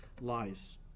lies